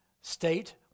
state